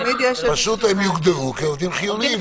פשוט הם יוגדרו כעובדים חיוניים.